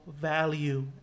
value